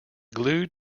glued